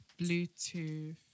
Bluetooth